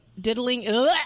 diddling